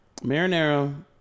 Marinara